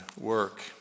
work